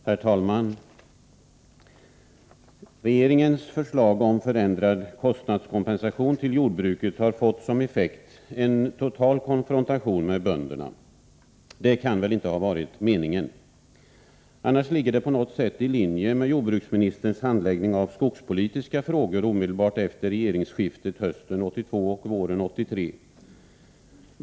Herr talman! Regeringens förslag om förändrad kostnadskompensation till jordbruket har fått som effekt en total konfrontation med bönderna. Det kan väl inte ha varit meningen? Men förslaget ligger på något sätt i linje med jordbruksministerns handläggning av skogspolitiska frågor hösten 1982 och våren 1983 omedelbart efter regeringsskiftet.